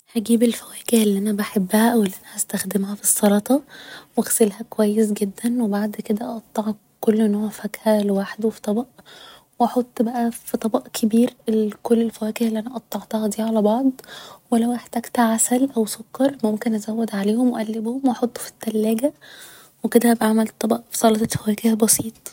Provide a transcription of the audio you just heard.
هجيب الفواكه اللي أنا بحبها او اللي أنا نستخدمها في السلطة و اغسلها كويس جدا و بعد كده اقطع كل نوع فاكهة لوحده في طبق و احط بقا في طبق كبير كل الفواكه اللي أنا قطعتها دي على بعض و لو احتاجت عسل او سكر ممكن أزود عليهم و اقلبهم و أحطه في التلاجة و كده هبقى عملت طبق سلطة فواكه بسيط